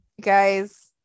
guys